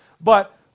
But-